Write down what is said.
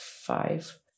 five